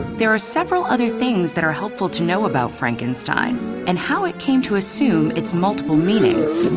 there are several other things that are helpful to know about frankenstein and how it came to assume its multiple meanings.